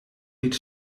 niet